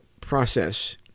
process